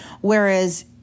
Whereas